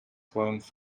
warmth